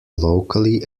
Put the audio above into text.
locally